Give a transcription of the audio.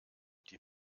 die